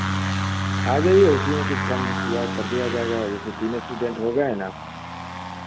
आ जाईए उसी में कुछ कम किया कर दिया जाएगा वैसे तीन एस्टूडेंट हो गए हैं ना